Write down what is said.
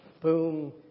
boom